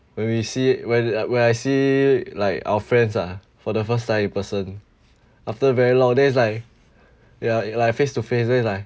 when we see when when I see like our friends ah for the first time in person after very long then it's like ya like face to face then it's like